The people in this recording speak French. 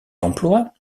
emplois